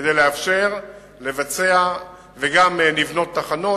כדי לאפשר לבצע וגם לבנות תחנות.